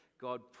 God